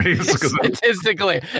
statistically